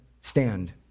stand